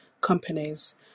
companies